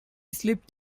slipped